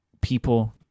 people